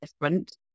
different